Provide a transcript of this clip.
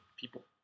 people